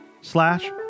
slash